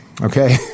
Okay